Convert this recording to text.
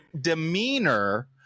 demeanor